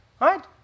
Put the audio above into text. right